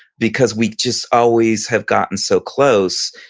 because we just always have gotten so close.